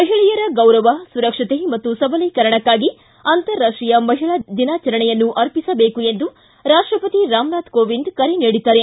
ಮಹಿಳೆಯರ ಗೌರವ ಸುರಕ್ಷತೆ ಮತ್ತು ಸಬಲೀಕರಣಕ್ಕಾಗಿ ಅಂತಾರಾಷ್ಷೀಯ ಮಹಿಳಾ ದಿನಾಚರಣೆಯನ್ನು ಅರ್ಷಿಸಬೇಕು ಎಂದು ರಾಷ್ಟಪತಿ ರಾಮನಾಥ್ ಕೋವಿಂದ್ ಕರೆ ನೀಡಿದ್ದಾರೆ